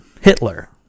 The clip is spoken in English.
Hitler